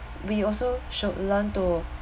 we also should learn to